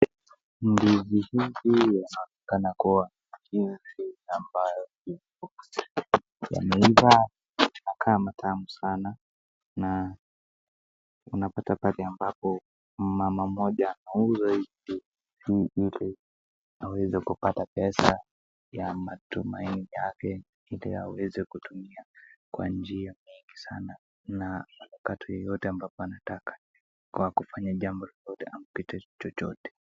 Mvinyo hivi yaani inakuwa kificho ambayo ni inavyo na kama tamu sana. Na unapata pale ambapo mama mmoja anauza hivi ili aweze kupata pesa ya matumaini yake ili aweze kutumia kwa njia nyingi sana. Na wakati wowote ambapo anataka kwa kufanya jambo lolote ampite chochote.